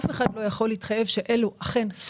אף אחד לא יכול להתחייב שאכן אלו סכומים,